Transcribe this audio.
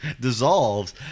dissolves